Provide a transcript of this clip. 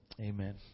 amen